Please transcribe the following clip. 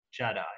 JEDI